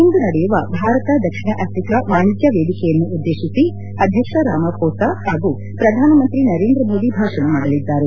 ಇಂದು ನಡೆಯುವ ಭಾರತ ದಕ್ಷಿಣ ಆಫ್ರಿಕಾ ವಾಣಿಜ್ಯ ವೇದಿಕೆಯನ್ನು ಉದ್ದೇಶಿಸಿ ಅಧ್ಯಕ್ಷ ರಾಮಾಫೋಸ್ ಹಾಗೂ ಪ್ರಧಾನ ಮಂತ್ರಿ ನರೇಂದ್ರ ಮೋದಿ ಭಾಷಣ ಮಾಡಲಿದ್ದಾರೆ